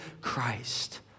Christ